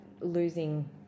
losing